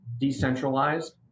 decentralized